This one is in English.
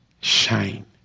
shine